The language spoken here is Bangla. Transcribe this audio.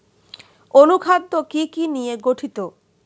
অনুখাদ্য কি কি নিয়ে গঠিত?